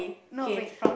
no wait from